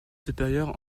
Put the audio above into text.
supérieures